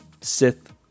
Sith